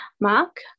Mark